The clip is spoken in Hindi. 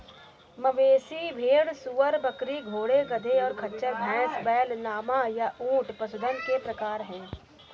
मवेशी, भेड़, सूअर, बकरी, घोड़े, गधे, और खच्चर, भैंस, बैल, लामा, या ऊंट पशुधन के प्रकार हैं